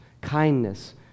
kindness